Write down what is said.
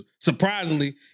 Surprisingly